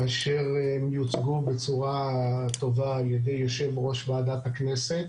כאשר הם יוצגו בצורה טובה על ידי יושב-ראש ועדת הכנסת,